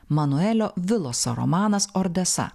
manuelio viloso romanas ordesa